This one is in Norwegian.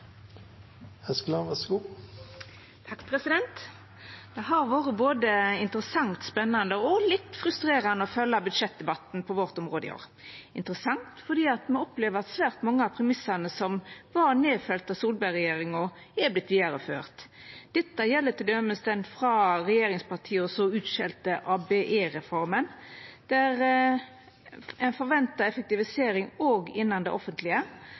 Det har vore både interessant, spanande og litt frustrerande å følgja budsjettdebatten på vårt område i år. Det har vore interessant, fordi me opplever at svært mange av premissa som var nedfelte av Solberg-regjeringa, har vorte vidareførte. Dette gjeld t.d. den frå regjeringspartia så utskjelte ABE-reforma, der ein forventar effektivisering òg innan det offentlege.